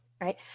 Right